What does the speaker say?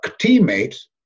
teammates